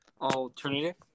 Alternative